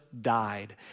died